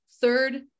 Third